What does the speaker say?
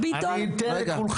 בית ספר בישראל נראה ככה?